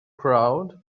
crowd